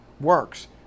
works